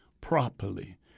properly